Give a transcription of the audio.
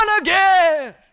again